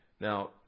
Now